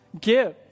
Give